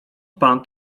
pan